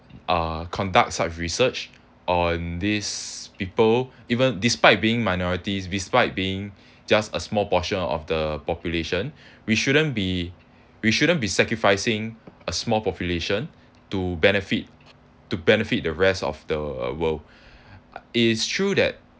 uh conduct such research on this people even despite being minorities despite being just a small portion of the population we shouldn't be we shouldn't be sacrificing a small population to benefit to benefit the rest of the world it is true that